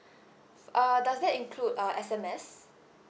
uh does that include uh S_M_S